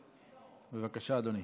בבקשה, אדוני.